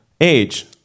Age